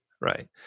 right